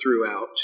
throughout